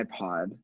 iPod